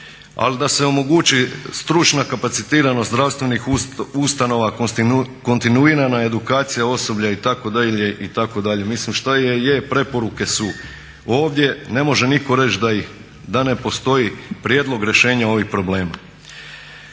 ali da se omogući stručna kapacitiranost zdravstvenih ustanova, kontinuirana edukacija osoblja itd., itd. Mislim šta je, je, preporuke su ovdje, ne može nitko reći da ne postoji prijedlog rješenja ovih problema.